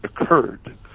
occurred